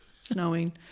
snowing